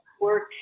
work